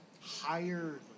higher